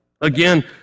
again